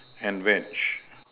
and veg